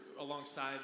alongside